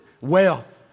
wealth